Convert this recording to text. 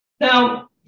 Now